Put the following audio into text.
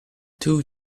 two